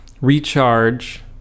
recharge